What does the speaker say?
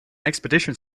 expedition